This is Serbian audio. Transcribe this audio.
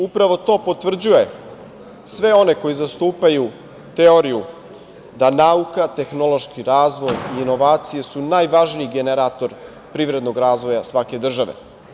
Upravo to potvrđuje sve one koji zastupaju teoriju da nauka, tehnološki razvoj i inovacije su najvažniji generator privrednog razvoja svake države.